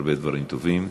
הרבה דברים טובים.